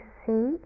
see